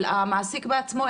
אבל המעסיק בעצמו,